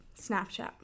Snapchat